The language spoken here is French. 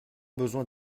besoin